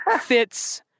fits